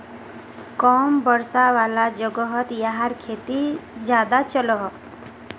कम वर्षा वाला जोगोहोत याहार खेती ज्यादा चलोहो